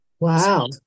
Wow